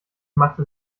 machte